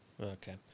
Okay